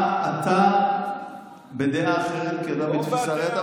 אתה בדעה אחרת כי אתה בתפיסה אחרת,